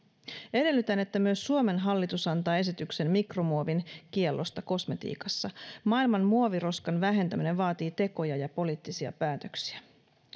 edellytän että myös suomen hallitus antaa esityksen mikromuovin kiellosta kosmetiikassa maailman muoviroskan vähentäminen vaatii tekoja ja poliittisia päätöksiä